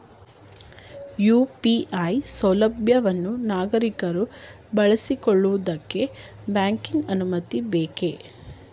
UPI ಸೌಲಭ್ಯವನ್ನು ನಾಗರಿಕರು ಬಳಸಿಕೊಳ್ಳುವುದಕ್ಕೆ ಬ್ಯಾಂಕಿನ ಅನುಮತಿ ಬೇಕೇ?